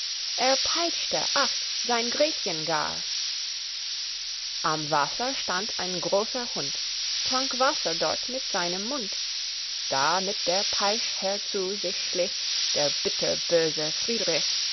er peitschte seine gretchen gar am brunnen stand ein großer hund trank wasser dort mit seinem mund da mit der peitsch herzu sich schlich der bitterböse